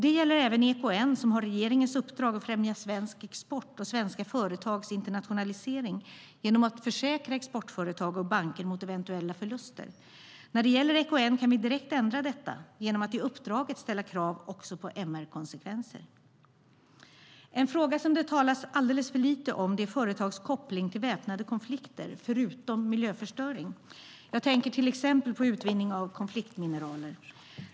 Det gäller även EKN, som har regeringens uppdrag att främja svensk export och svenska företags internationalisering genom att försäkra exportföretag och banker mot eventuella förluster. När det gäller EKN kan vi direkt ändra detta genom att i uppdraget ställa krav också på MR-konsekvenser. En fråga som det talas alldeles för lite om är företags koppling till väpnade konflikter, förutom miljöförstöring. Jag tänker till exempel på utvinning av konfliktmineraler.